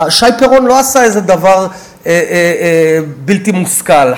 שי פירון לא עשה איזה דבר בלתי מושכל.